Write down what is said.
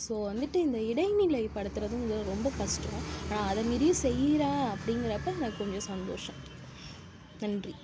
so வந்துட்டு இந்த இடைநிலைப்படுத்துறதுங்கிறது ரொம்ப கஷ்டம் ஆனால் அதை மீறியும் செய்கிறேன் அப்படிங்கிறப்ப எனக்கு கொஞ்சம் சந்தோஷம் நன்றி